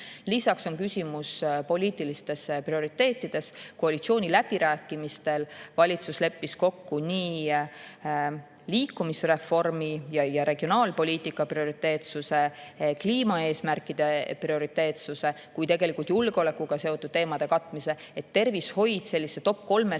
Lisaks on küsimus poliitilistes prioriteetides. Koalitsiooniläbirääkimistel leppis valitsus kokku nii liikumisreformi ja regionaalpoliitika prioriteetsuse, kliimaeesmärkide prioriteetsuse kui ka tegelikult julgeolekuga seotud teemade katmise. Tervishoid topp kolme